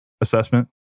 assessment